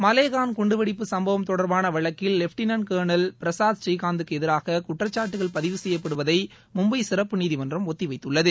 மலேகாள் குண்டுவெடிப்பு சும்பவம் தொடர்பான வழக்கில் லெப்டினன்ட் கர்னல் பிரசாத் ஸ்ரீகாந்துக்கு எதிராக குற்றச்சாட்டுகள் பதிவு செய்யப்படுவதை மும்பை சிறப்பு நீதிமன்றம் ஒத்திவைத்துள்ளது